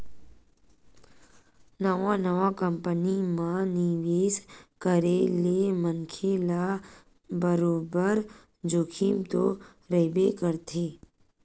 नवा नवा कंपनी म निवेस करे ले मनखे ल बरोबर जोखिम तो रहिबे करथे